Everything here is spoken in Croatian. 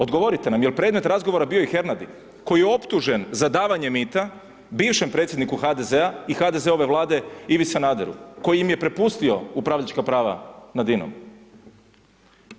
Odgovorite nam, jel predmet razgovora bio i Hernadi koji je optužen za davanje mita bivšem predsjedniku HDZ-a i HDZ-ove Vlade, Ivi Sanaderu, koji im je prepustio upravljačka prava nad INA-om?